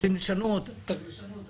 אם רוצים לשנות אז צריך לשנות.